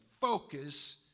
focus